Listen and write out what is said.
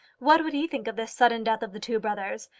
what would he think of this sudden death of the two brothers?